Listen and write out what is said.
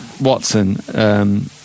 Watson